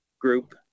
group